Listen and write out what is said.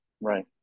Right